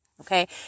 Okay